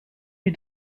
lui